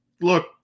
Look